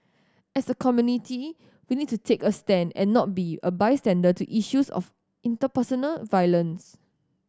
as a community we need to take a stand and not be a bystander to issues of interpersonal violence